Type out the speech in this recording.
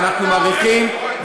ואנחנו מעריכים,